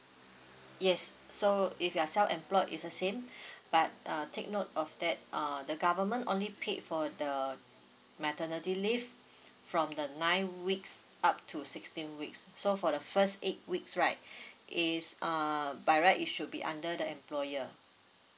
yes so if you're self employed it's the same but uh take note of that uh the government only pay for the maternity leave from the nine weeks up to sixteen weeks so for the first eight weeks right is uh by right it should be under the employer